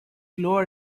lower